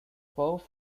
both